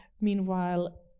Meanwhile